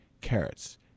carrots